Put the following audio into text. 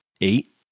eight